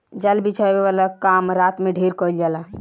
जाल बिछावे वाला काम रात में ढेर कईल जाला